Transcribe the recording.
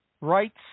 rights